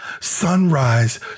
sunrise